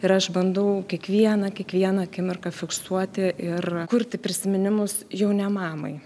ir aš bandau kiekvieną kiekvieną akimirką fiksuoti ir kurti prisiminimus jau ne mamai